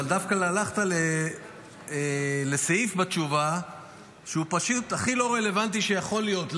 אבל דווקא הלכת לסעיף בתשובה שהוא פשוט הכי לא רלוונטי שיכול להיות.